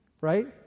Right